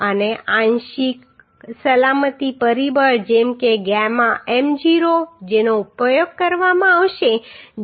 અને આંશિક સલામતી પરિબળ જેમ કે ગામા m0 જેનો ઉપયોગ કરવામાં આવશે જે 1